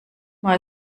war